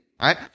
right